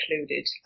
included